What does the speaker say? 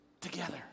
together